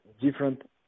different